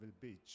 Beach